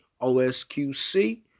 O-S-Q-C